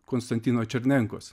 konstantino černenkos